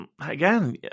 again